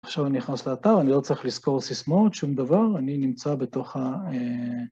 עכשיו אני נכנס לאתר, אני לא צריך לזכור סיסמאות, שום דבר, אני נמצא בתוך ה...